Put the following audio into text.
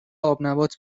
آبنبات